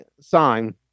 Sign